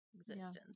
existence